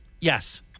Yes